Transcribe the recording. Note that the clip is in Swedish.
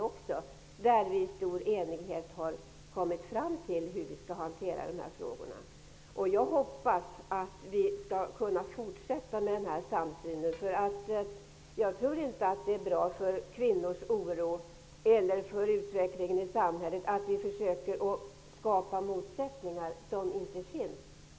Vi har i stor enighet kommit fram till hur vi skall hantera dessa frågor. Jag hoppas att vi skall kunna behålla denna samsyn. Jag tror inte att det är bra för kvinnors oro eller för utvecklingen i samhället att vi försöker skapa motsättningar där sådana inte finns.